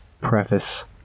preface